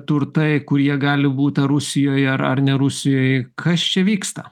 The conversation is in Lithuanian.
turtai kurie gali būti rusijoje ar ne rusijoje kas čia vyksta